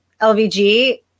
LVG